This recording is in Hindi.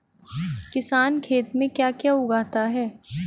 किसान खेत में क्या क्या उगाता है?